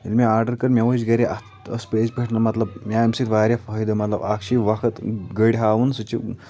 ییٚلِہ مےٚ آرڈَر کٔر مےٚ وٕچھ گَرِ اَتھ ٲس پٔزۍ پٲٹھۍ نَہ مطلب مےٚ آو اَمہِ سۭتۍ واریاہ فٲیِدٕ مطلب اَکھ چھِ یہِ وَقت گٔرِ ہاوُن سُہ چھُ